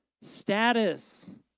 status